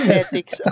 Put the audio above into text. ethics